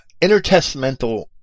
intertestamental